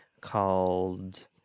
called